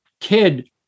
kid